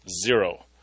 zero